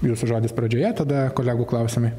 jūsų žodis pradžioje tada kolegų klausimai